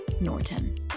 Norton